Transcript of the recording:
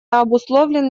обусловлен